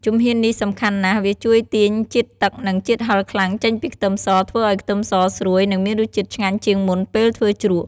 ជំហាននេះសំខាន់ណាស់ វាជួយទាញជាតិទឹក និងជាតិហឹរខ្លាំងចេញពីខ្ទឹមស ធ្វើឱ្យខ្ទឹមសស្រួយ និងមានរសជាតិឆ្ងាញ់ជាងមុនពេលធ្វើជ្រក់។